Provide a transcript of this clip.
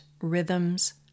rhythms